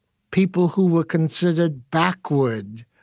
people who were considered backward,